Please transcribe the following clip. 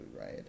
right